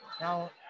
Now